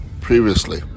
previously